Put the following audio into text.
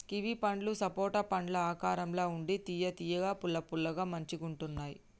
kiwi పండ్లు సపోటా పండ్ల ఆకారం ల ఉండి తియ్య తియ్యగా పుల్ల పుల్లగా మంచిగుంటున్నాయ్